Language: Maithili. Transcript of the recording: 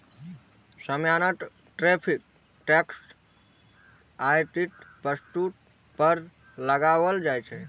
सामान्यतः टैरिफ टैक्स आयातित वस्तु पर लगाओल जाइ छै